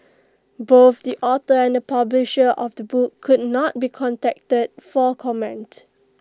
both the author and publisher of the book could not be contacted for comment